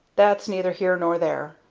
that's neither here nor there.